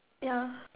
ya